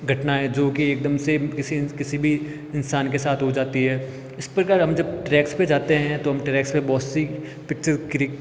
घटना है जो की एकदम से किसी किसी भी इंसान के साथ हो जाती है इस प्रकार हम जब ट्रैक्स पे जाते हैं तो हम ट्रैक्स पे बहुत सी पिक्चर क्रिक